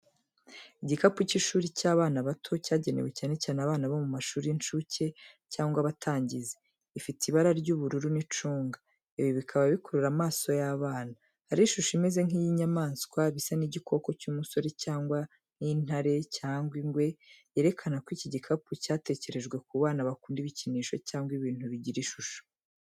Igikapu cy’ishuri cy’abana bato, cyagenewe cyane cyane abana bo mu mashuri y’incuke cyangwa abatangizi. Ifite ibara ry'ubururu n’icunga, ibi bikaba bikurura amaso y’abana. Hariho ishusho imeze nk’iy’inyamaswa bisa n'igikoko cy’umusore cyangwa nk’intare cyangwa ingwe, yerekana ko iki gikapu cyatekerejwe ku bana bakunda ibikinisho cyangwa ibintu bigira ishusho.